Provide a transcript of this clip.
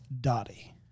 Dottie